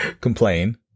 complain